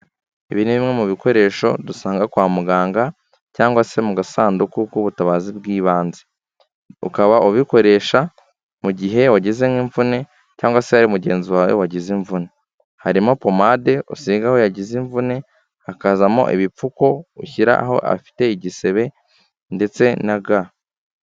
Ibi ni bimwe mu bikoresho dusanga kwa muganga cyangwa se mu gasanduku k'ubutabazi bw'ibanze, ukaba ubikoresha mu gihe wageze nk'imvune cyangwa se hari mugenzi wawe wagize imvune. Harimo pomade usiga aho yagize imvune, hakazamo ibipfuko ushyira aho afite igisebe ndetse na ga.